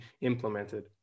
implemented